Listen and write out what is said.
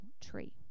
tree